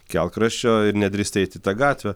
kelkraščio ir nedrįsti eit į tą gatvę